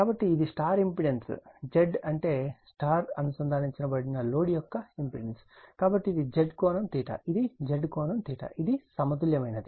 కాబట్టి ఇది star impedance Z అంటే స్టార్ అనుసందానించబడిన లోడ్ యొక్క ఇంపెడెన్స్ కాబట్టి ఇది Z ∠ ఇది Z కోణం ఇది సమతుల్యమైనది